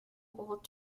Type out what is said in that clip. old